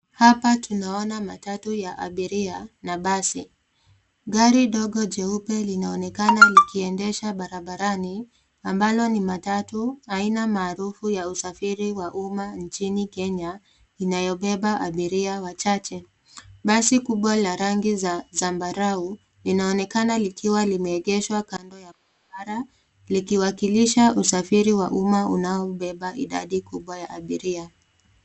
Hapa tunaona matatu ya abiria na basi. Gari dogo jeupe linaonekana likiendesha barabarani ambalo ni matatu, aina maarufu ya usafiri wa umma nchini Kenya, inayobeba abiria wachache. Basi kubwa la rangi za zambarau inaonekana likiwa limeegeshwa kando ya barabara likiwakilisha usafiri wa umma unaobeba idadi kubwa ya abiria.